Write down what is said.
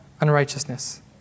unrighteousness